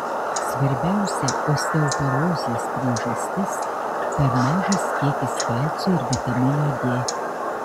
svarbiausia osteoporozės priežastis per mažas kiekis kalcio ir vitamino d